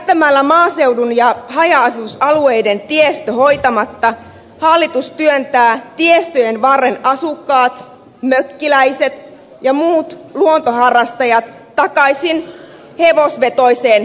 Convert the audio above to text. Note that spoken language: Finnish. jättämällä maaseudun ja haja asutusalueiden tiestön hoitamatta hallitus työntää tiestöjen varren asukkaat mökkiläiset ja muut luontoharrastajat takaisin hevosvetoiseen aikakauteen